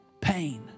pain